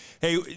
Hey